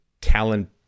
talent